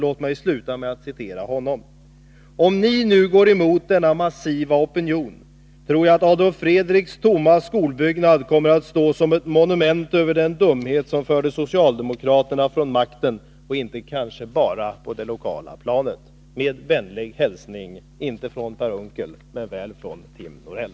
Låt mig därför sluta med att citera honom: ”Om Ni nu går emot denna massiva opinion tror jag att Adolf Fredriks tomma skolbyggnad kommer att stå som ett monument över den dumhet som förde socialdemokraterna ifrån makten och kanske inte bara på det lokala planet.” Med vänlig hälsning, inte från Per Unckel men väl från Tim Norell.